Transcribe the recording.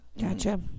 Gotcha